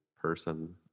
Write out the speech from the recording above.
person